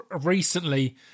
recently